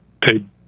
paid